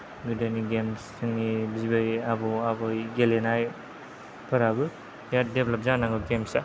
गोदोनि गेम्स जोंनि बिबै आबौ आबै गेलेनायफोराबो बेराद डेभेलप जानांगौ गेम्सा